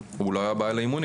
הוא לא היה בא לאימונים.